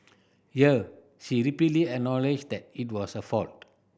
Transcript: here she repeatedly acknowledged that it was her fault